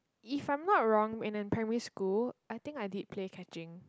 if I'm not wrong when in primary school I think I did play catching